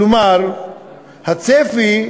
כלומר הצפי,